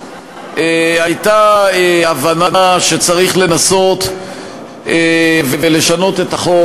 הייתה הבנה שצריך לנסות ולשנות את החוק